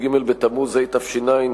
י"ג בתמוז התש"ע,